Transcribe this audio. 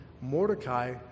Mordecai